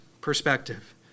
perspective